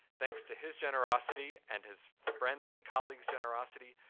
thanks to his generosity and his friends' and colleagues' generosity,